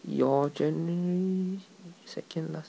your january second last